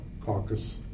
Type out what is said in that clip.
caucus